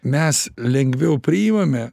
mes lengviau priimame